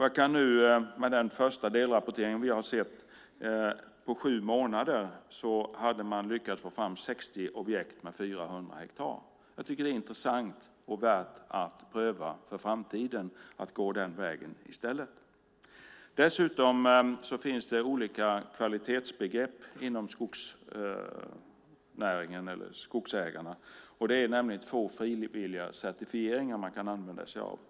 Jag kan nu, i och med den första delrapporteringen, se att man på sju månader hade lyckats få fram 60 objekt med 400 hektar. Jag tycker att det är intressant och värt att pröva för framtiden, att gå den vägen i stället. Dessutom finns det olika kvalitetsbegrepp inom skogsnäringen eller bland skogsägarna. Det är nämligen två frivilliga certifieringar som man kan använda sig av.